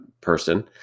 person